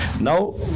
Now